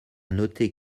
noter